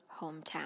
hometown